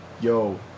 yo